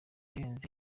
irenze